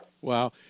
Wow